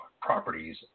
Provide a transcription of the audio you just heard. properties